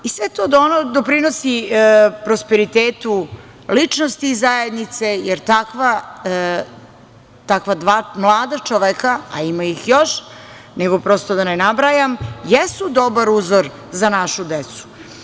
Sve to doprinosi prosperitetu ličnosti, zajednice, jer takva dva mlada čoveka, a ima ih još, nego prosto da ne nabrajam, jesu dobar uzor za našu decu.